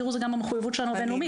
זו גם המחויבות שלנו הבין-לאומית.